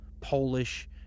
Polish